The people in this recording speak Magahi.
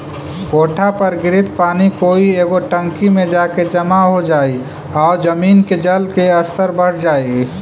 कोठा पर गिरित पानी कोई एगो टंकी में जाके जमा हो जाई आउ जमीन के जल के स्तर बढ़ जाई